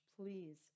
please